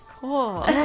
Cool